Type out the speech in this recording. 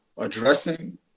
addressing